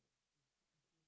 we talk until